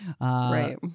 Right